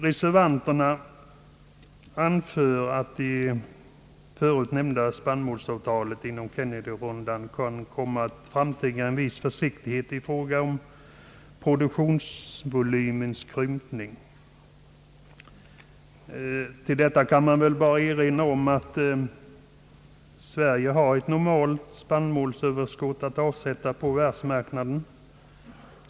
Reservanterna anför att det förut nämnda spannmålsavtalet inom Kennedyrundan kommer att framtvinga en viss försiktighet i fråga om produktionsvolymens krympning. Till detta kan man väl bara erinra om att Sverige har ett normalt spannmålsöverskott att avsätta på världsmarknaden.